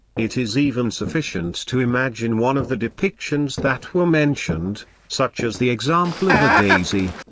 it is even sufficient to imagine one of the depictions that were mentioned, such as the example of the daisy.